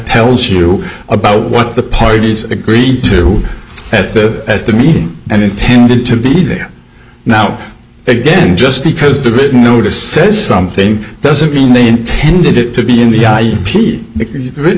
tells you about what the parties agreed to at the at the meeting and intended to be there now again just because they didn't notice says something doesn't mean they intended it to be in the i p the written